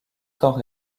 temps